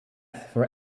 for